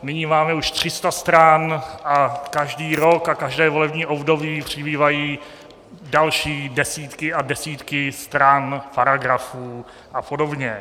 Nyní máme už 300 stran a každý rok a každé volební období přibývají další desítky a desítky stran, paragrafů a podobně.